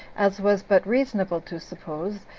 as was but reasonable to suppose,